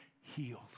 healed